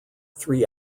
three